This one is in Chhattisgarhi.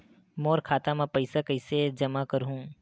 मोर खाता म पईसा कइसे जमा करहु?